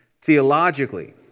theologically